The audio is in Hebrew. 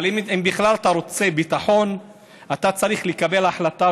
אבל אם בכלל אתה רוצה ביטחון אתה צריך לקבל החלטה,